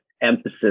emphasis